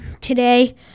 today